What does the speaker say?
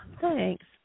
thanks